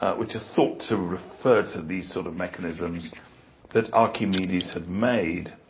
ah which are thought to refer to these sort of mechanisms that archimedes had made.